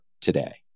today